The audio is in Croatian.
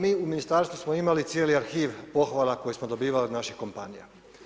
Mi u ministarstvu smo imali cijeli arhiv pohvala koje smo dobivali od naših kompanija.